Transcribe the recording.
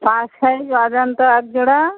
পাঁচ সাইজ অজন্তা একজোড়া